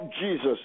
jesus